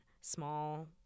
small